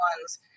ones